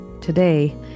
Today